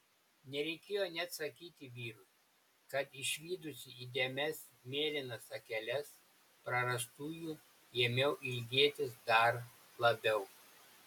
nereikėjo net sakyti vyrui kad išvydusi įdėmias mėlynas akeles prarastųjų ėmiau ilgėtis dar labiau